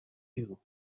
you